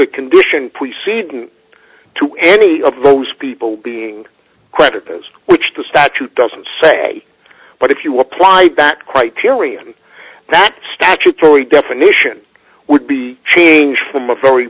a condition preceding to any of those people being creditors which the statute doesn't say but if you apply back quite period that statutory definition would be changed from a very